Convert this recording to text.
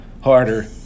harder